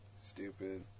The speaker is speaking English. Stupid